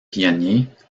pionniers